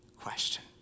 question